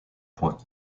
points